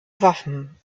waffen